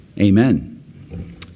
Amen